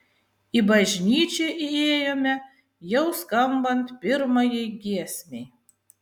į bažnyčią įėjome jau skambant pirmajai giesmei